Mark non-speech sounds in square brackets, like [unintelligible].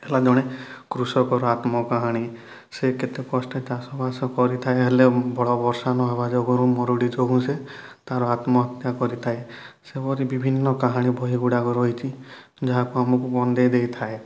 ହେଲା ଜଣେ କୃଷକର ଆତ୍ମକାହାଣୀ ସେ କେତେ କଷ୍ଟରେ ଚାଷବାସ କରିଥାଏ ହେଲେ [unintelligible] ବର୍ଷା ନ ହବା ଯୋଗୁଁରୁ ମରୁଡ଼ି ଯୋଗୁଁ ସେ ତା'ର ଆତ୍ମହତ୍ୟା କରିଥାଏ ସେପରି ବିଭିନ୍ନ କାହାଣୀ ବହିଗୁଡ଼ାକ ରହିଛି ଯାହାକି ଆମକୁ କନ୍ଦେଇ ଦେଇଥାଏ